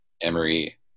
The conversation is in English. Emory